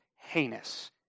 heinous